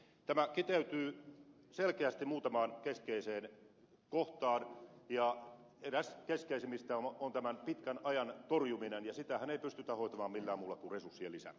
tämä kiteytyy selkeästi muutamaan keskeiseen kohtaan ja eräs keskeisimmistä on tämän pitkän ajan torjuminen ja sitähän ei pystytä hoitamaan millään muulla kuin resurssien lisäämisellä